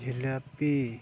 ᱡᱷᱤᱞᱟᱯᱤ